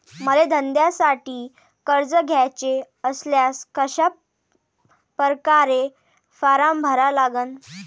मले धंद्यासाठी कर्ज घ्याचे असल्यास कशा परकारे फारम भरा लागन?